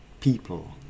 people